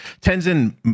Tenzin